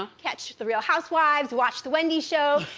um catch the real housewives, watch the wendy show,